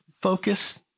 focus